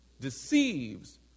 Deceives